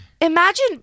imagine